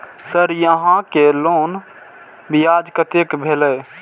Sir यहां के loan ब्याज कतेक भेलेय?